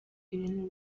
ibintu